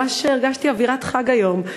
ממש הרגשתי אווירת חג היום.